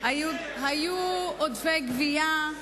היו עודפי גבייה,